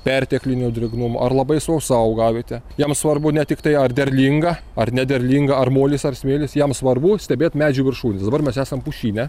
perteklinio drėgnumo ar labai sausa augavietė jam svarbu ne tiktai ar derlinga ar nederlinga ar molis ar smėlis jam svarbu stebėt medžių viršūnes dabar mes esam pušyne